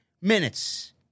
minutes